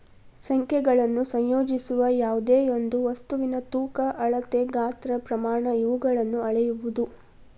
ಸಂಖ್ಯೆಗಳನ್ನು ಸಂಯೋಜಿಸುವ ಯಾವ್ದೆಯೊಂದು ವಸ್ತುವಿನ ತೂಕ ಅಳತೆ ಗಾತ್ರ ಪ್ರಮಾಣ ಇವುಗಳನ್ನು ಅಳೆಯುವುದು